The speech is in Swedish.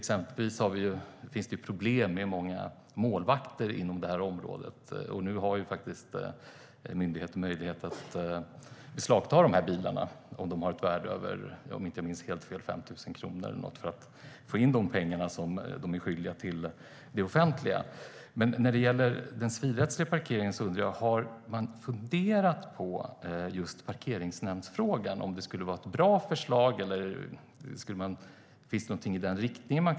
Det gäller exempelvis problemet med många målvakter inom det här området. Nu har myndigheterna möjlighet att beslagta bilarna om de har ett värde över 5 000 kronor - om jag inte minns helt fel - för att få in de pengar som man är skyldig till det offentliga. När det gäller den civilrättsliga parkeringen undrar jag: Har man funderat på just parkeringsnämndsfrågan, om det är ett bra förslag eller har man funderat på något annat i den riktningen?